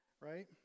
right